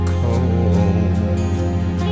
cold